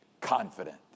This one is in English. confident